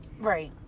Right